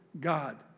God